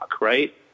right